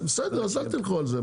בסדר, אז אל תלכו על זה.